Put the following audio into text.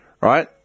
right